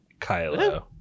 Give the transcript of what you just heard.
Kylo